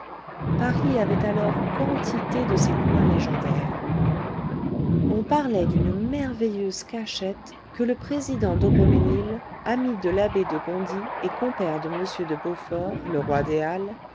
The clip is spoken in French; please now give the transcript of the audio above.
paris avait alors quantité de ces coins légendaires on parlait d'une merveilleuse cachette que le président d'aubremesnil ami de l'abbé de gondy et compère de m de beaufort le roi des halles